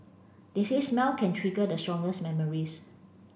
they say smell can trigger the strongest memories